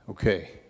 Okay